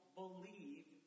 believe